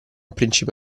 principe